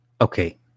Okay